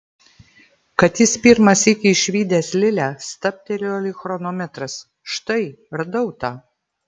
kad jis pirmą sykį išvydęs lilę stabtelėjo lyg chronometras štai radau tą